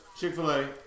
Chick-fil-A